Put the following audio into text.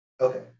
Okay